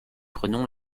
prenons